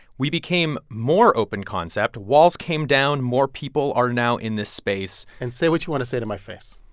we became more open concept. walls came down. more people are now in this space and say what you want to say to my face